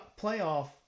playoff